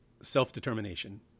self-determination